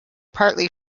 partly